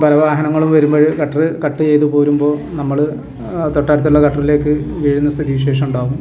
പലവാഹനങ്ങളും വരുമ്പഴ് gutter cut ചെയ്ത് പോരുമ്പോൾ നമ്മള് തൊട്ടടുത്തുള്ള കട്ടറിലേക്ക് വീഴുന്ന സ്ഥിതിവിശേഷമുണ്ടാകും